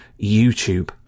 YouTube